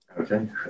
okay